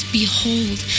behold